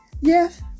Yes